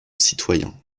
citoyen